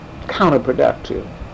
counterproductive